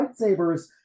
lightsabers